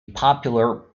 popular